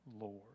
Lord